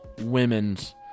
women's